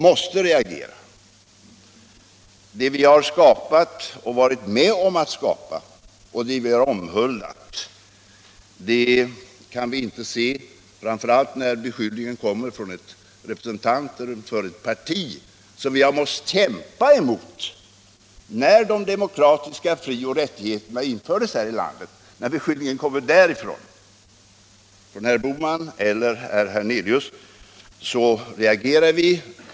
Det gäller det vi har skapat, det vi har varit med om att skapa och det vi har omhuldat. Framför allt när beskyllningen kommer från representanter för ett parti som vi har måst kämpa emot när de demokratiska frioch rättigheterna infördes här i landet, från herr Bohman eller herr Hernelius, så reagerar vi.